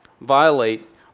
violate